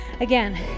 again